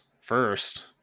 first